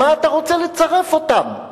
למה אתה רוצה לצרף אותם?